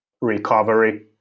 recovery